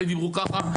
אלה דיברו ככה.